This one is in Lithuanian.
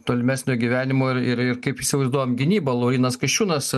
tolimesnio gyvenimo ir ir kaip įsivaizduojam gynybą laurynas kasčiūnas